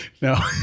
No